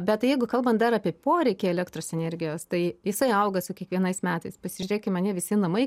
bet jeigu kalbant dar apie poreikį elektros energijos tai jisai auga su kiekvienais metais pasižiūrėkim ane visi namai